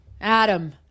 Adam